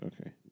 Okay